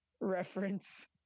reference